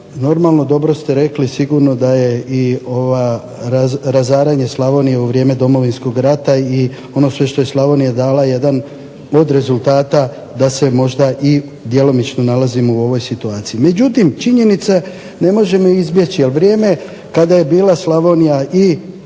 normalno dobro ste rekli sigurno da je razaranje Slavonije u vrijeme Domovinskog rata i ono što je Slavonija dala jedan pod rezultata da se možda djelomično nalazimo u ovoj situaciji. Međutim, činjenice ne možemo izbjeći a vrijeme kada je bila Slavonija, i